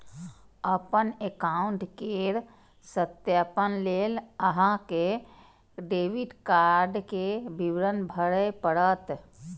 अपन एकाउंट केर सत्यापन लेल अहां कें डेबिट कार्ड के विवरण भरय पड़त